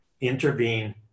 intervene